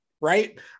right